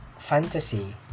fantasy